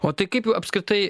o tai kaip apskritai